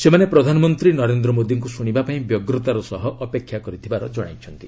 ସେମାନେ ପ୍ରଧାନମନ୍ତ୍ରୀ ନରେନ୍ଦ୍ର ମୋଦୀଙ୍କୁ ଶୁଣିବା ପାଇଁ ବ୍ୟଗ୍ରତାର ସହ ଅପେକ୍ଷା କରିଥିବାର ଜଣାଇଛନ୍ତି